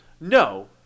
No